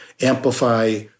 amplify